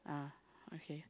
ah okay